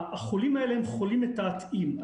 החולים האלה הם חולים מתעתעים.